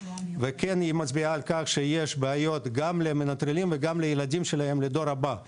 והיא מצביעה על כך שיש בעיות גם למנטרלים וגם לדור הבא שלהם,